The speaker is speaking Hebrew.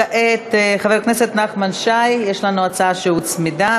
כעת חבר הכנסת נחמן שי, יש לנו הצעה שהוצמדה.